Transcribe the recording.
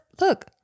look